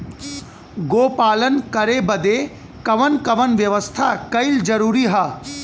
गोपालन करे बदे कवन कवन व्यवस्था कइल जरूरी ह?